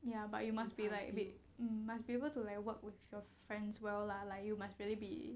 ya but you must be like a bit mm must be able to like work with your friends well lah like you must really be